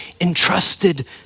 entrusted